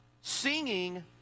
singing